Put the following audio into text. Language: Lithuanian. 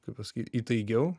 kaip pasakyt įtaigiau